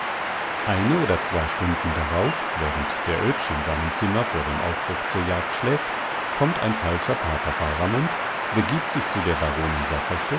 eine oder zwei stunden darauf während der oetsch in seinem zimmer vor dem aufbruch zur jagd schläft kommt ein falscher pater faramund begibt sich zu der baronin